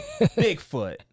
Bigfoot